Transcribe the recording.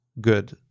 good